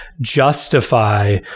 justify